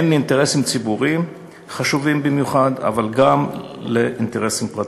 הן לאינטרסים ציבוריים חשובים במיוחד אבל גם לאינטרסים פרטיים,